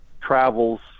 travels